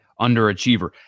underachiever